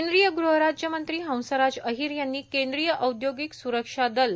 केंद्रीय गृहराज्य मंत्री हंसराज अहीर यांनी केंद्रीय औद्योगिक स्रक्षा दल सी